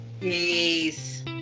peace